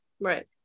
Right